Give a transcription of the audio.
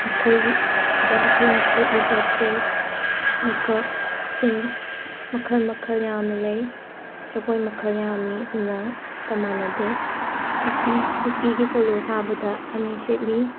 ꯑꯩꯈꯣꯏꯒꯤ ꯗ ꯑꯩꯈꯣꯏꯅ ꯁꯦꯠꯂꯤꯕ ꯗ꯭ꯔꯦꯁ ꯃꯦꯀꯞꯁꯤꯡ ꯃꯈꯜ ꯃꯈꯜ ꯌꯥꯝꯅ ꯂꯩ ꯖꯒꯣꯏ ꯃꯈꯜ ꯌꯥꯝꯃꯤ ꯑꯗꯨꯅ ꯑꯝꯇ ꯃꯥꯟꯅꯗꯦ ꯅꯨꯄꯤ ꯅꯨꯄꯤꯒꯤ ꯁꯣꯂꯣ ꯁꯥꯕꯗ ꯐꯅꯦꯛ ꯁꯦꯠꯂꯤ